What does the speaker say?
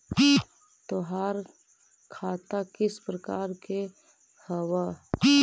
तोहार खता किस प्रकार के हवअ